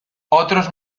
otros